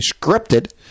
scripted